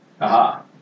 Aha